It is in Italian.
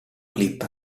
clip